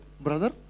brother